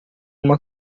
uma